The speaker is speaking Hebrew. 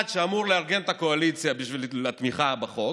אחד שאמור לארגן את הקואליציה בשביל התמיכה בחוק,